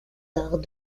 arts